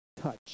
touch